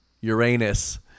Uranus